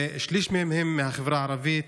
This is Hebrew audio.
ושליש מהם הם מהחברה ערבית.